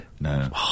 no